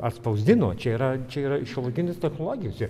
atspausdino čia yra čia yra šiuolaikinės technologijos